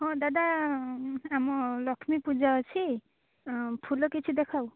ହଁ ଦାଦା ଆମ ଲକ୍ଷ୍ମୀପୂଜା ଅଛି ଫୁଲ କିଛି ଦେଖାଅ